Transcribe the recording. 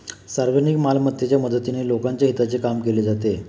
सार्वजनिक मालमत्तेच्या मदतीने लोकांच्या हिताचे काम केले जाते